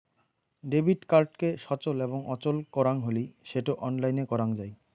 debit কার্ডকে সচল এবং অচল করাং হলি সেটো অনলাইনে করাং যাই